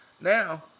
Now